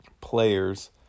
players